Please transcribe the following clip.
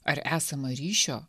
ar esama ryšio